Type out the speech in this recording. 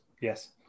Yes